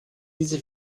diese